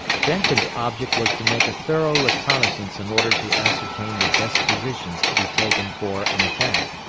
jenkins' object was to make a thorough reconnoissance in order to ascertain the best positions to be taken for an attack.